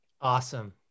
Awesome